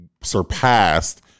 surpassed